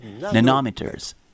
nanometers